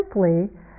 simply